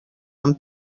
amb